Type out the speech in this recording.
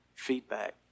feedback